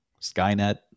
Skynet